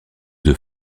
œufs